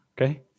okay